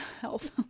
health